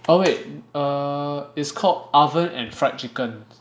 oh wait err it's called oven and fried chicken